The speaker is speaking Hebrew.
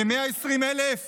כ-120,000